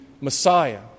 Messiah